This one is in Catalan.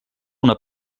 una